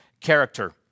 character